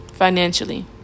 Financially